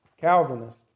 Calvinist